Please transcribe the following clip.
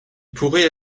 pourraient